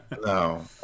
No